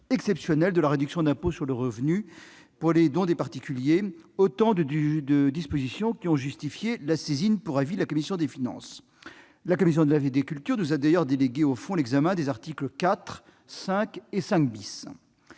exceptionnelle de la réduction d'impôt sur le revenu pour les dons des particuliers, autant de dispositions qui ont justifié la saisine pour avis de la commission des finances. La commission de la culture nous a d'ailleurs délégué au fond l'examen des articles 4, 5 et 5 .